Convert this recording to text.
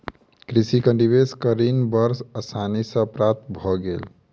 कृषक के निवेशक ऋण बड़ आसानी सॅ प्राप्त भ गेल